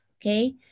okay